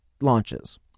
launches